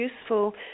useful